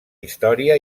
història